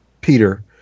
Peter